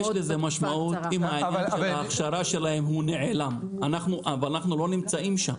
יש לזה משמעות אם ההכשרה שלהם בגדר נעלם אבל אנחנו לא נמצאים שם.